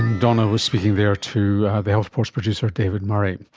donna was speaking there to the health report's producer david murray.